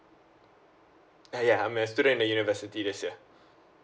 uh ya I'm a student in the university this year